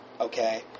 Okay